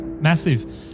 Massive